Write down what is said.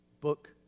book